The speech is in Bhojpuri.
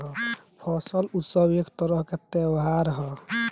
फसल उत्सव एक तरह के त्योहार ह